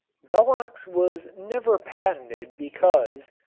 velox was never patented because,